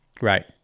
right